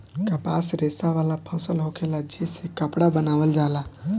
कपास रेशा वाला फसल होखेला जे से कपड़ा बनावल जाला